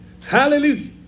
Hallelujah